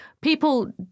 people